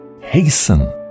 Hasten